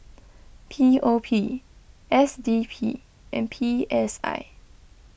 P O P S D P and P S I